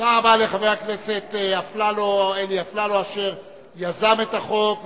תודה רבה לחבר הכנסת אלי אפללו, אשר יזם את החוק.